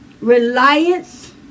reliance